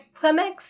Clemex